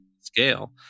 scale